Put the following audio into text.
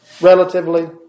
Relatively